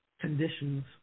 conditions